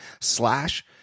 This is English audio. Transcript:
slash